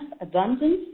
abundance